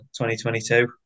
2022